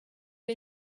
lui